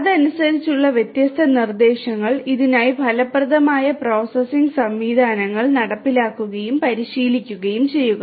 അതനുസരിച്ചുള്ള വ്യത്യസ്ത നിർദ്ദേശങ്ങൾ ഇതിനായി ഫലപ്രദമായ പ്രോസസ്സിംഗ് സംവിധാനങ്ങൾ നടപ്പിലാക്കുകയും പരിശീലിക്കുകയും ചെയ്യുക